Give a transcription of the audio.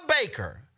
Baker